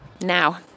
now